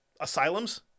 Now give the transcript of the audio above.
asylums